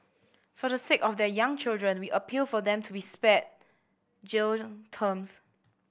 for the sake of their young children we appeal for them to be spared jail terms